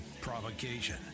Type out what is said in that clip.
provocation